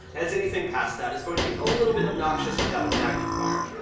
as anything past that, it's going to be a little bit obnoxious without a magnifier.